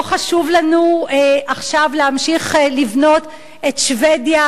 לא חשוב לנו עכשיו להמשיך לבנות את שבדיה